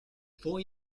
four